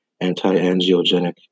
anti-angiogenic